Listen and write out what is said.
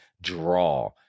draw